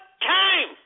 time